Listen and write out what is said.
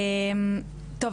תודה.